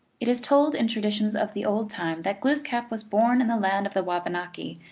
it is told in traditions of the old time that glooskap was born in the land of the wabanaki,